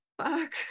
fuck